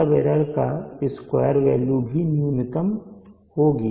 तब एरर की square value भी न्यूनतम होगी